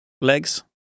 legs